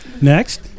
Next